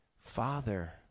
Father